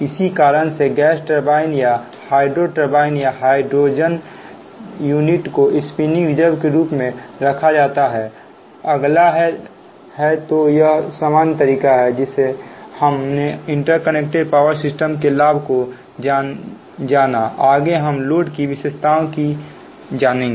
इसी कारण से गैस टरबाइन या हाइड्रो टरबाइन या हाइड्रोजेनरेटर यूनिट को स्पिनिंग रिजर्व के रूप में रखा जाता है अगला है तो यह सामान्य तरीका है जिससे हमने इंटरकनेक्टेड पावर सिस्टम के लाभ को जाना आगे हम लोड की विशेषताओं को जानेंगे